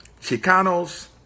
Chicanos